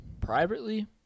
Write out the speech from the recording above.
privately